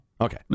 Okay